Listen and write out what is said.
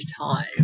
time